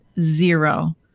zero